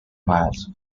miles